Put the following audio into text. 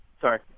Sorry